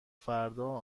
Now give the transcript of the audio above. فردا